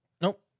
nope